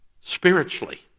spiritually